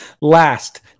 Last